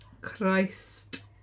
Christ